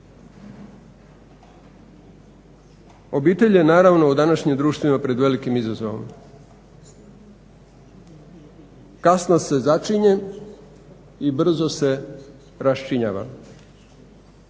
obitelj je naravno u današnje društveno pred velikim izazovom. Kasno se začine i brzo se raščinjava.